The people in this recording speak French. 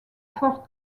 fort